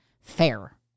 Fair